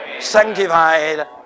sanctified